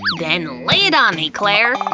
then lay it on me, claire!